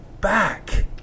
back